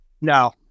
No